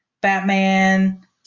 Batman